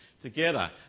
together